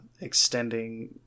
extending